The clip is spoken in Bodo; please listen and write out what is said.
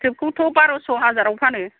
फिथोबखौथ' बार'स' हाजाराव फानो